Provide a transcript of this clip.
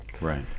Right